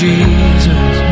Jesus